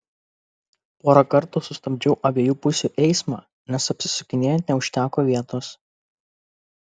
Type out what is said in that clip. porą kartų sustabdžiau abiejų pusių eismą nes apsisukinėjant neužteko vietos